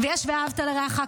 ויש "ואהבת לרעך כמוך",